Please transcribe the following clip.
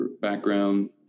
background